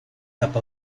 cap